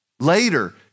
Later